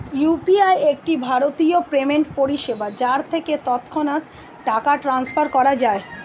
UPI একটি ভারতীয় payment পরিষেবা যার থেকে তৎক্ষণাৎ টাকা ট্রান্সফার করা যায়